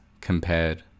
compared